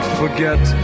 forget